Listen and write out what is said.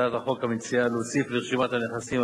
הצעת החוק מציעה להוסיף לרשימת הנכסים